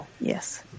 Yes